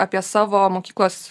apie savo mokyklos